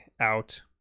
out